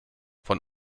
von